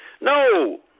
No